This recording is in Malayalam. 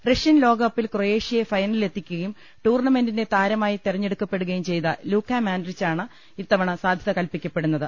റഷ്യൻ ലോകകപ്പിൽ ക്രൊയേഷ്യയെ ഫൈന ലിൽ എത്തിക്കുകയും ടൂർണ്ണമെന്റിന്റെ താരമായി തെരഞ്ഞെടുക്കപ്പെടു കയും ചെയ്ത ലൂക്ക മോഡ്രിച്ചിനാണ് ഇത്തവണ സാധ്യത കല്പിക്കപ്പെടു ന്നത്